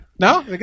No